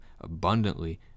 abundantly